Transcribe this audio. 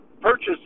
purchase